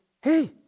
Hey